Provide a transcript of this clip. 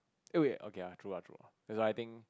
eh wait okay true ah true ah that's why I think